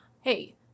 hey